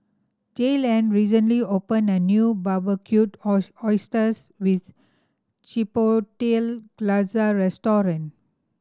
Jaylan recently opened a new Barbecued Oysters with Chipotle Glaze Restaurant